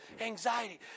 anxiety